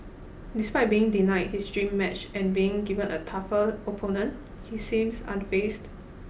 despite being denied his dream match and being given a tougher opponent he seems unfazed